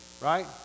right